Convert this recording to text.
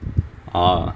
ah